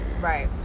right